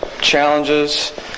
challenges